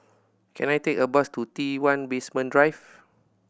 can I take a bus to T One Basement Drive